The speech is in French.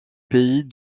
pays